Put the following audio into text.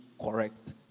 correct